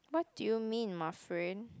what do you mean my friend